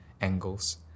angles